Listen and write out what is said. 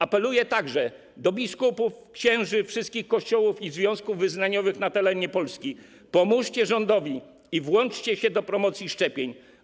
Apeluję także do biskupów, księży wszystkich Kościołów i związków wyznaniowych na terenie Polski: pomóżcie rządowi i włączcie się do promocji szczepień.